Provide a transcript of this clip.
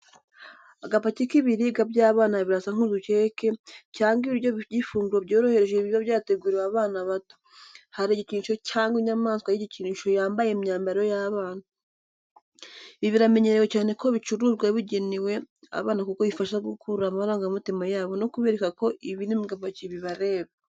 Agapaki k’ibiribwa by’abana birasa nk’udukeke cyangwa ibiryo by’ifunguro ryoroheje biba byateguriwe abana bato. Hari igikinisho cyangwa inyamaswa y’igikinisho yambaye imyambaro y’abana. Ibi biramenyerewe cyane ku bicuruzwa bigenewe abana kuko bifasha gukurura amarangamutima yabo no kubereka ko ibiri mu gapaki bibareba.